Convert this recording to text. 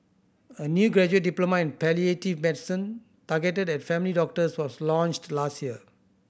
a new graduate diploma in palliative medicine targeted at family doctors was launched last year